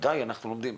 ודאי אנחנו לומדים.